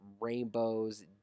rainbows